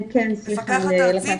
מפקחת ארצית,